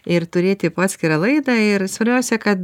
ir turėti po atskirą laidą ir svarbiausia kad